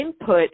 input